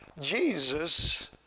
Jesus